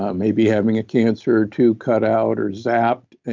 ah maybe having a cancer or two cut out or zapped.